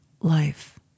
life